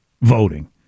voting